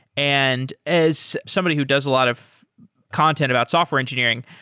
and as somebody who does a lot of content about software engineering,